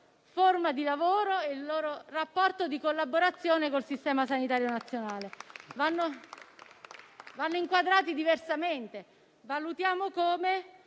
di lavoro e il loro rapporto di collaborazione col Servizio sanitario nazionale. Vanno inquadrati diversamente: valutiamo come